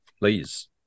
Please